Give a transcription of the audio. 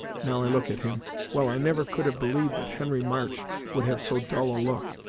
now i look at him well, i never could have believed that henry march would have so dull a look!